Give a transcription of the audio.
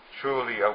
truly